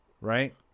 right